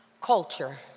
culture